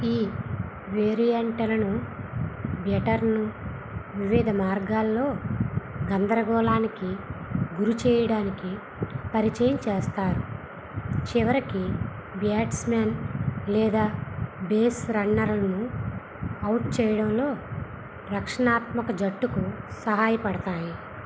ఈ వేరియెంటలను బ్యాటర్ను వివిధ మార్గాల్లో గందరగోళానికి గురిచేయడానికి పరిచయం చేస్తారు చివరికి బ్యాట్స్మెన్ లేదా బేస్ రన్నర్లను అవుట్ చేయడంలో రక్షణాత్మక జట్టుకు సహాయపడతాయి